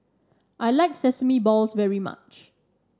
I like Sesame Balls very much